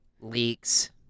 leaks